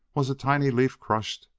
was a tiny leaf crushed?